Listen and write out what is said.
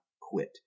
quit